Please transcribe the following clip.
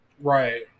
Right